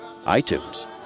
iTunes